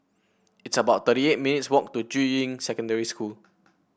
it's about thirty eight minutes' walk to Juying Secondary School